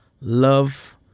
Love